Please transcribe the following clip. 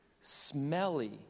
smelly